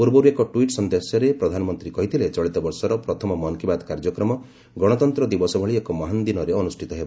ପୂର୍ବର୍ ଏକ ଟ୍ୱିଟ୍ ସନ୍ଦେଶରେ ପ୍ରଧାନମନ୍ତ୍ରୀ କହିଥିଲେ ଚଳିତ ବର୍ଷର ପ୍ରଥମ ମନ୍ କୀ ବାତ୍ କାର୍ଯ୍ୟକ୍ରମ ଗଣତନ୍ତ୍ର ଦିବସ ଭଳି ଏକ ମହାନ୍ ଦିନରେ ଅନ୍ଦୁଷ୍ଠିତ ହେବ